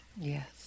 Yes